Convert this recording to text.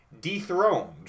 dethroned